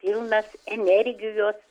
pilnas energijos